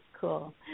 Cool